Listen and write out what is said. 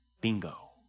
Bingo